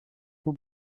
vous